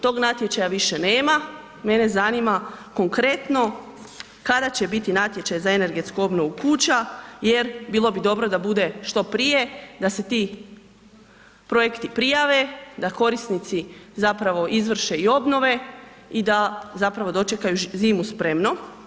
Tog natječaja više nema, mene zanima konkretno kada će biti natječaj za energetsku obnovu kuća jer bilo bi dobro da bude što prije da se ti projekti prijave, da korisnici zapravo izvrše i obnove i da zapravo dočekaju zimu spremno.